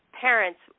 parents